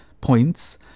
points